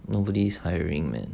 nobody's hiring man